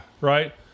Right